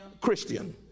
Christian